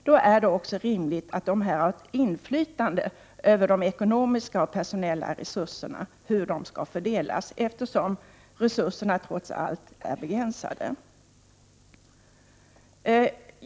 Då är det också rimligt att dessa har ett inflytande över hur de ekonomiska och personella resurserna fördelas, eftersom resurserna trots allt är begränsade.